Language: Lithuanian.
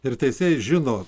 ir teisėjai žino